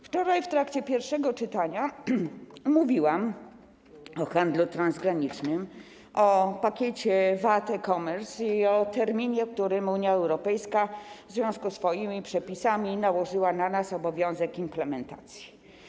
Wczoraj, w trakcie pierwszego czytania, mówiłam o handlu transgranicznym, o pakiecie VAT e-commerce, o terminie, w którym Unia Europejska w związku ze swoimi przepisami nałożyła na nas obowiązek implementacji.